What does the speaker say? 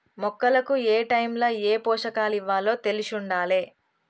మొక్కలకు ఏటైముల ఏ పోషకాలివ్వాలో తెలిశుండాలే